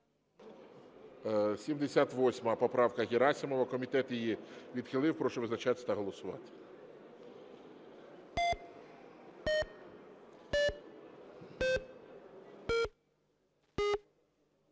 80 поправка Герасимова, комітет відхилив. Прошу визначатися та голосувати.